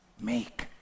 make